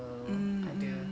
mm mm